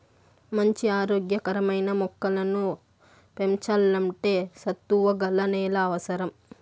మంచి ఆరోగ్య కరమైన మొక్కలను పెంచల్లంటే సత్తువ గల నేల అవసరం